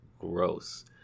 gross